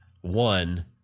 One